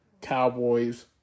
Cowboys